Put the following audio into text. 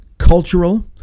cultural